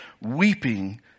weeping